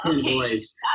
boys